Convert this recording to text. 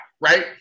Right